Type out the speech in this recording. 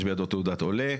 בידו תעודת עולה